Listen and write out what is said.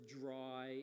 dry